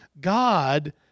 God